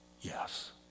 yes